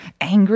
angry